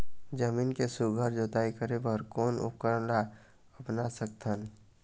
जमीन के सुघ्घर जोताई करे बर कोन उपकरण ला अपना सकथन?